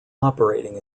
operating